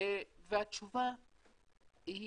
והתשובה היא